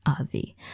Avi